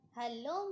Hello